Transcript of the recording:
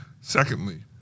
Secondly